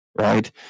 right